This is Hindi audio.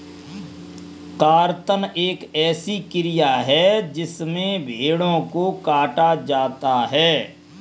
कर्तन एक ऐसी क्रिया है जिसमें भेड़ों को काटा जाता है